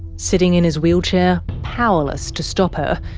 sitting in his wheelchair, powerless to stop her,